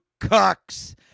cucks